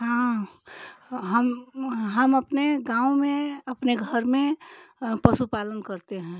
हाँ हम हम अपने गाँव में अपने घर में पशुपालन करते हैं